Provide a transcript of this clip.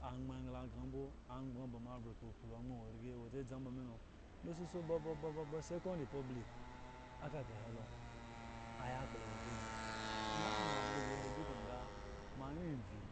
Angban egla agn bo angbaan moa avye gbogbo awaryi awo dzizi mba melo ba ba ba second republic ekaka he la aya ekplo awo dzizi nga ambga ba hwohi duka da moawye evyi